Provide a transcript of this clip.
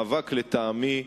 לטעמי,